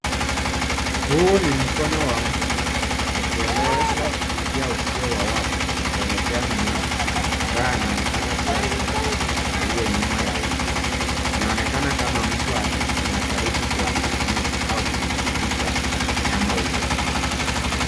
Huu ni mkono wa mtu akieleezwa kupitia kwa uzio wa wavu kuelekea mnyama ambaye anaonekana kuwa simba aliyo nyuma ya uzio. Inaonekana kama mtu anajaribu kuwasalimia au kumzilisha mnyama huo.